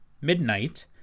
Midnight